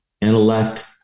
intellect